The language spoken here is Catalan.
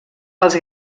els